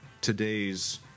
today's